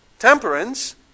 Temperance